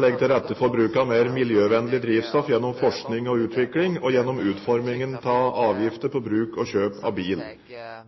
legger til rette for bruk av mer miljøvennlig drivstoff gjennom forskning og utvikling, og gjennom utforming av avgifter på bruk og kjøp av bil.